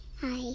Hi